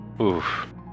Oof